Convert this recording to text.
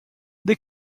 they